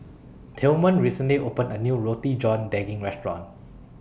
Tilman recently opened A New Roti John Daging Restaurant